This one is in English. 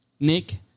Nick